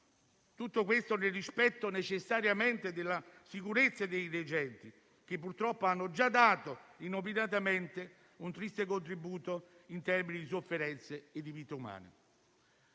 Tutto questo necessariamente nel rispetto della sicurezza dei degenti, che purtroppo hanno già dato inopinatamente un triste contributo in termini di sofferenze e di vite umane.